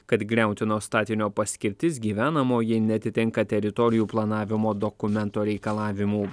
kad griautino statinio paskirtis gyvenamoji neatitinka teritorijų planavimo dokumento reikalavimų